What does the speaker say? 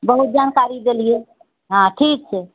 बहुत जानकारी देलिऐ हँ ठीक छै